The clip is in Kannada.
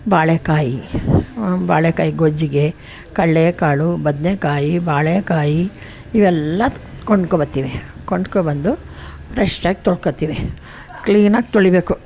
ಬಾಳೆಕಾಯಿ ಬಾಳೆಕಾಯಿ ಗೊಜ್ಜಿಗೆ ಕಡ್ಲೆ ಕಾಳು ಬದನೆ ಕಾಯಿ ಬಾಳೆ ಕಾಯಿ ಇವೆಲ್ಲ ಕೊಂಡ್ಕೋ ಬತ್ತೀವಿ ಕೊಂಡ್ಕೋ ಬಂದು ಫ್ರೆಶ್ಶಾಗಿ ತೊಳ್ಕೊತೀವಿ ಕ್ಲೀನಾಗಿ ತೊಳೀಬೇಕು